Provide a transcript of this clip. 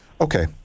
Okay